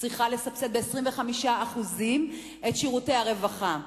צריכה לסבסד ב-25% את שירותי הרווחה.